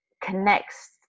connects